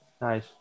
Nice